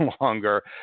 longer